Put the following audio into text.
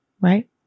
Right